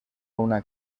una